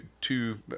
two